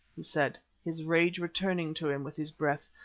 he said, his rage returning to him with his breath,